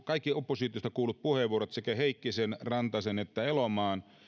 kaikki oppositiosta kuullut puheenvuorot sekä heikkisen rantasen että elomaan